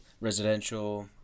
residential